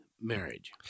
marriage